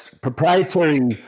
proprietary